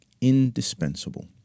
Indispensable